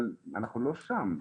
אבל אנחנו לא שם.